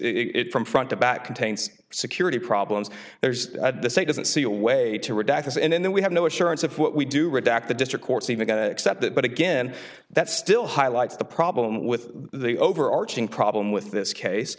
it from front to back contains security problems there's at the state doesn't see a way to redact us and then we have no assurance of what we do redact the district court's even going to accept that but again that still highlights the problem with the overarching problem with this case